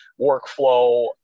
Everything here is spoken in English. workflow